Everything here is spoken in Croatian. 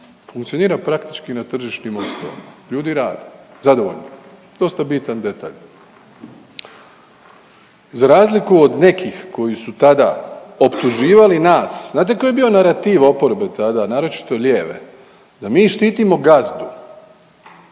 funkcionira praktički na tržišnim osnovama. Ljudi rade, zadovoljni. Dosta bitan detalj. Za razliku od nekih koji su tada optuživali nas. Znate koji je bio narativ oporbe tada, naročito lijeve. Da mi štitimo gazdu.